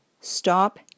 Stop